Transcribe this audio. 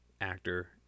actor